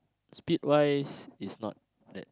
speed wise is not that